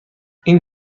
این